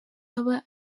aba